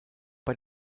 bei